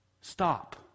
Stop